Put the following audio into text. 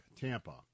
Tampa